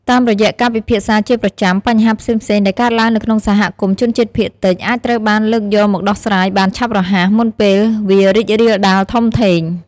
តាមរយៈការពិភាក្សាជាប្រចាំ បញ្ហាផ្សេងៗដែលកើតឡើងនៅក្នុងសហគមន៍ជនជាតិភាគតិច អាចត្រូវបានលើកយកមកដោះស្រាយបានឆាប់រហ័ស មុនពេលវារីករាលដាលធំធេង។